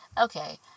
Okay